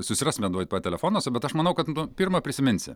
susirasime tuoj pat telefonuose bet aš manau kad tu pirmą prisiminsi